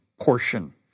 portion